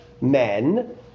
men